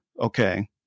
Okay